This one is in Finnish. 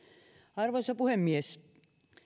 arvoisa puhemies